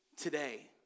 today